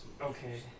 Okay